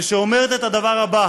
ואומרת את הדבר הזה: